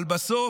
אבל בסוף,